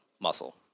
muscle